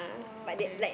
oh okay